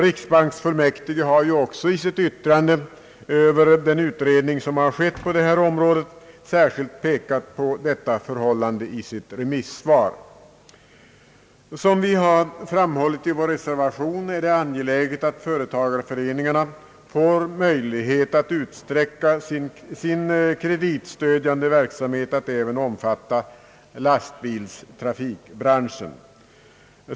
Riksbanksfullmäktige har också i sitt remissvar med anledning av uiredningen om företagareföreningarna särskilt pekat på det förhållandet. Som vi framhållit i vår reservation är det angeläget att företagareföreningarna får möjlighet att utsträcka sin kreditstödjande verksamhet till att även omfatta lastbilstrafikbranschen.